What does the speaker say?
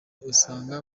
usanga